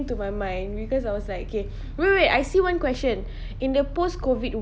into my mind because I was like okay wait wait I see one question in the post-COVID